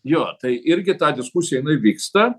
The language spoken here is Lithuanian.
jo tai irgi ta diskusija jinai vyksta